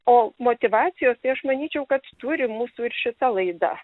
o motyvacijos tai aš manyčiau kad turi mūsų ir šita laida